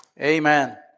Amen